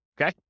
Okay